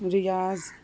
Riyadh